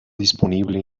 disponible